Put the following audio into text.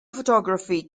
photography